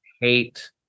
hate